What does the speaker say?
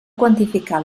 quantificar